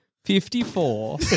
Fifty-four